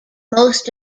most